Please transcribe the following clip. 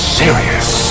serious